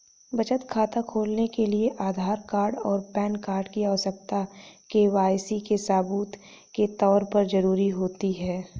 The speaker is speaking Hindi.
बचत खाता खोलने के लिए आधार कार्ड और पैन कार्ड की आवश्यकता के.वाई.सी के सबूत के तौर पर ज़रूरी होती है